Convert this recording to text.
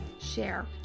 share